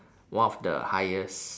one of the highest